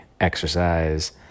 exercise